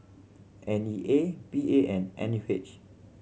N E A P A and N U H